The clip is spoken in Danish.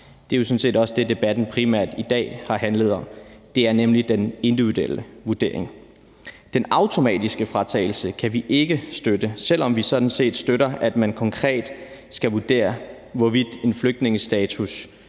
Det er jo sådan set også det, debatten i dag primært har handlet om. Det er nemlig den individuelle vurdering. Den automatiske fratagelse kan vi ikke støtte, selv om vi sådan set støtter, at man konkret skal vurdere, hvorvidt en flygtningestatus